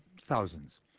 thousands